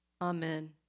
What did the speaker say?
Amen